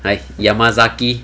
like yamazaki